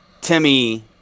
Timmy